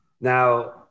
now